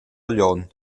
glion